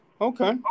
Okay